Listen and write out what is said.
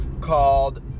called